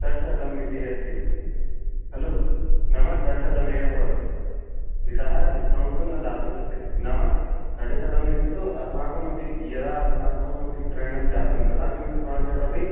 षड् शतम् इति अस्ति खलु नाम षड् शतमेव भवति इतः डिस्कौण्ट् तु न दातुं शक्यते नाम षड् शतम् इति तु अस्माकमपि यदा अस्माकम् अपि क्रयणं जातं तदानीम् अस्माभिरपि